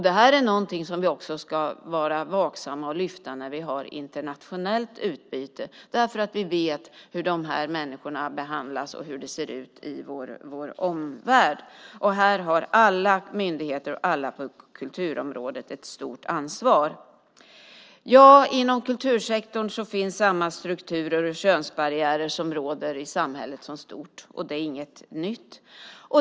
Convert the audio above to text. Detta är något som vi också ska vara vaksamma på och lyfta upp när vi har internationellt utbyte, för vi vet ju hur de här människorna behandlas och hur det ser ut i vår omvärld. Här har alla myndigheter och alla på kulturområdet ett stort ansvar. Inom kultursektorn finns samma strukturer och könsbarriärer som i samhället i stort, och det är inget nytt.